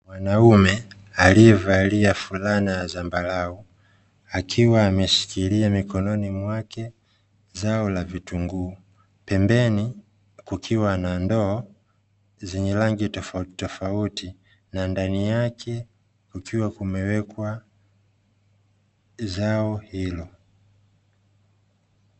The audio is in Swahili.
Mwanaume aliyevalia fulana ya zambarau, akiwa ameshikilia mikononi mwake zao la vitunguu, pembeni kukiwa na ndoo zenye rangi tofautitotauti, na ndani yake kukiwa kumeweka zao hilo.